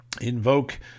invoke